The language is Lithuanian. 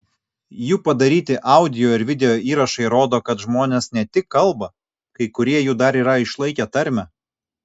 jų padaryti audio ir video įrašai rodo kad žmonės ne tik kalba kai kurie jų dar yra išlaikę tarmę